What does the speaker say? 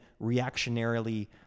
reactionarily